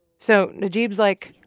so najeeb is like.